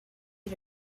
you